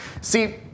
See